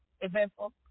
eventful